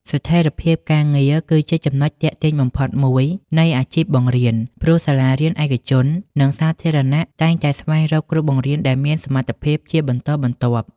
ស្ថិរភាពការងារគឺជាចំណុចទាក់ទាញបំផុតមួយនៃអាជីពបង្រៀន ព្រោះសាលារៀនឯកជន និងសាធារណៈតែងតែស្វែងរកគ្រូបង្រៀនដែលមានសមត្ថភាពជាបន្តបន្ទាប់។